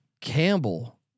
Campbell